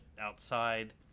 outside